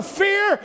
fear